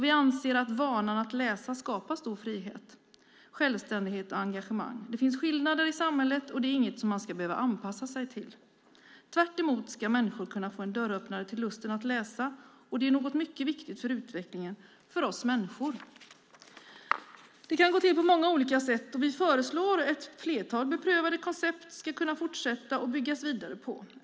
Vi anser att vana att läsa skapar stor frihet, självständighet och engagemang. Det finns skillnader i samhället, och det är inget som man ska behöva anpassa sig till. Tvärtom ska människor få en dörröppnare till lusten att läsa. Det är viktigt för utvecklingen för oss människor. Det här kan gå till på många sätt. Vi föreslår att ett flertal beprövade koncept ska fortsätta och byggas vidare på.